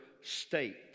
state